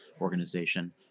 organization